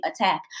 attack